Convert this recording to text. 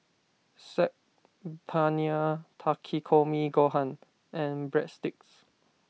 Saag Paneer Takikomi Gohan and Breadsticks